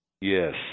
Yes